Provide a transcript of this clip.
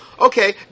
okay